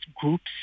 groups